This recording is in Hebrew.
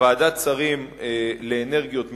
ועדת שרים לאנרגיות מתחדשות,